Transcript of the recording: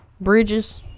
Bridges